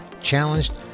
challenged